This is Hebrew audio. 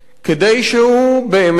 כדי שהוא באמת